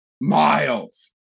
miles